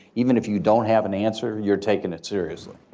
even if you don't have an answer, you're taking it seriously.